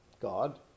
God